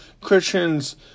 Christians